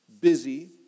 Busy